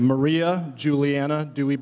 maria juliana do we